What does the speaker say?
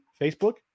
Facebook